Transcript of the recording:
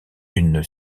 une